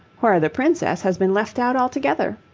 where the princess has been left out altogether.